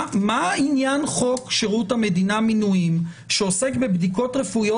מה עניין חוק שירות המדינה (מינויים) שעוסק בבדיקות רפואיות